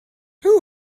who